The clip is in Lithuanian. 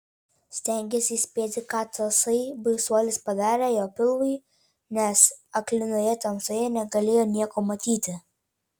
stengėsi įspėti ką tasai baisuolis padarė jo pilvui nes aklinoje tamsoje negalėjo nieko matyti